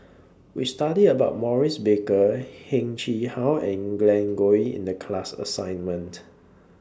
We studied about Maurice Baker Heng Chee How and Glen Goei in The class assignment